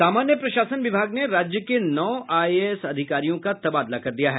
सामान्य प्रशासन विभाग ने राज्य के नौ आईएएस अधिकारियों का तबादला कर दिया है